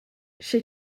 sche